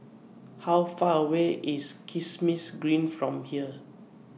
How Far away IS Kismis Green from here